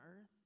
earth